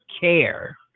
care